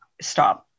stop